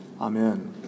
Amen